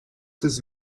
his